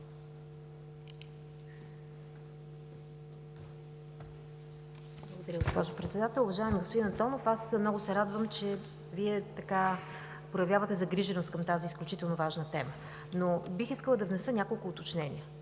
Благодаря, госпожо Председател. Уважаеми господин Антонов, много се радвам, че проявявате загриженост към тази изключително важна тема. Бих искала обаче да внеса няколко уточнения.